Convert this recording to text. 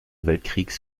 weltkriegs